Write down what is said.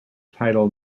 title